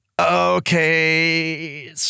Okay